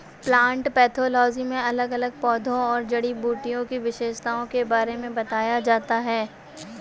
plant pathology में अलग अलग पौधों और जड़ी बूटी की विशेषताओं के बारे में बताया जाता है